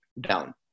down